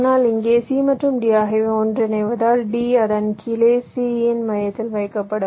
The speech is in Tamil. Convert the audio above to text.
ஆனால் இங்கே c மற்றும் d ஆகியவை ஒன்றிணைவதால் d அதன் கீழே c இன் மையத்தில் வைக்கப்படும்